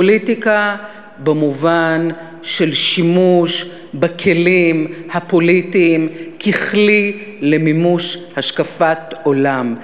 פוליטיקה במובן של שימוש בכלים הפוליטיים ככלי למימוש השקפת עולם.